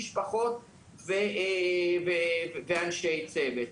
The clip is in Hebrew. משפחות ואנשי צוות.